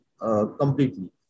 completely